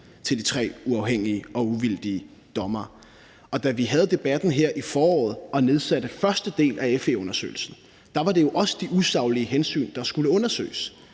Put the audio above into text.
til de tre uafhængige og uvildige dommere, og da vi havde debatten her i foråret og nedsatte første del af FE-undersøgelsen, var det jo også de usaglige hensyn, der skulle undersøges,